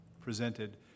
presented